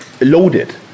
loaded